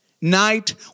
Night